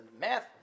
math